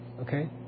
Okay